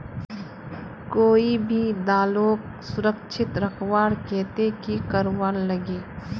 कोई भी दालोक सुरक्षित रखवार केते की करवार लगे?